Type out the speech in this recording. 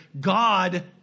God